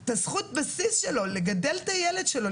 ואת זכות הבסיס שלו לגדל את הילד שלו,